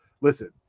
listen